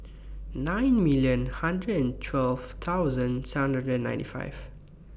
nine million hundred and twelve thousand seven hundred and ninety five